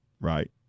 right